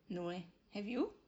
no eh have you